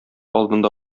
алдында